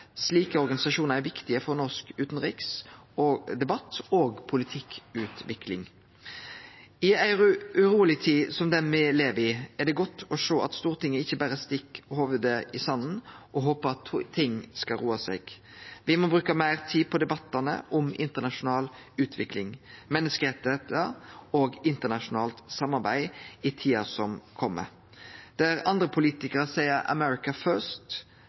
Slike organisasjonar er viktige for norsk utanriksdebatt og politikkutvikling. I ei uroleg tid som den me lever i, er det godt å sjå at Stortinget ikkje bere stikk hovudet i sanden og håpar at ting skal roe seg. Me må bruke meir tid på debattane om internasjonal utvikling, menneskerettar og internasjonalt samarbeid i tida som kjem. Der andre politikarar seier America First, skal me setje internasjonalt samarbeid først